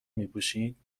میپوشین